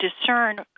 discern